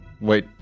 wait